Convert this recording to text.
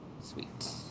Sweet